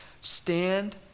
stand